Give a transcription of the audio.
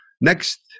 next